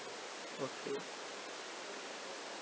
okay